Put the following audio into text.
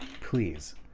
Please